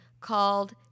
called